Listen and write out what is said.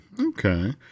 okay